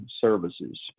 services